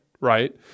right